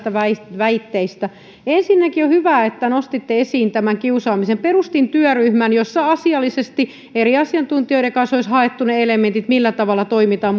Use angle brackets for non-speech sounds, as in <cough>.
väitteitä ensinnäkin on hyvä että nostitte esiin kiusaamisen perustin työryhmän jossa asiallisesti eri asiantuntijoiden kanssa olisi haettu ne elementit millä tavalla toimitaan <unintelligible>